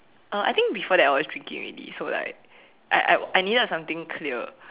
uh I think before that I was drinking already so like I I needed something clear